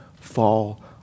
fall